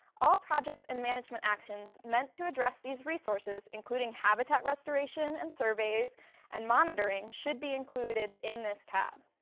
all projects and management actions meant to address these resources, including habitat restoration and surveys and monitoring, should be included in this tab.